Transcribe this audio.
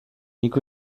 nik